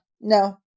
No